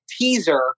teaser